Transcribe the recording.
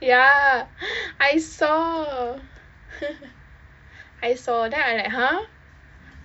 ya I saw I saw then I was like !huh!